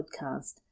podcast